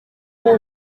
kuko